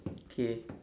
okay